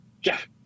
Jeff